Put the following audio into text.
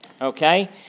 okay